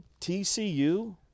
TCU